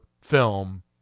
film